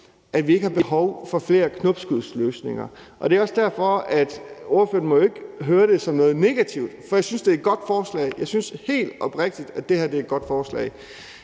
at vi ikke har behov for flere knopskudsløsninger, hvilket jeg også ved vi deler. Ordføreren må jo ikke høre det som noget negativt, for jeg synes, at det er et godt forslag. Jeg synes helt oprigtigt, at det her er et godt forslag.